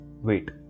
wait